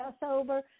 Passover